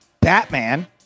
Batman